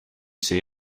see